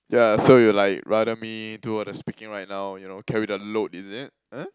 yeah so you like rather me do all the speaking right now you know carry the load is it uh